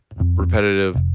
repetitive